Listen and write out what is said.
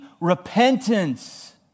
repentance